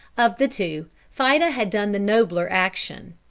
of the two, fida had done the nobler action.